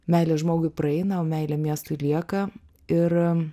meilė žmogui praeina o meilė miestui lieka ir